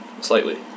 Slightly